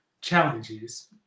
challenges